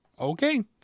Okay